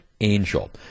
Angel